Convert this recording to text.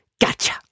Gotcha